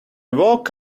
woke